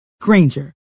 Granger